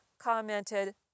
commented